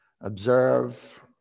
observe